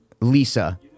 Lisa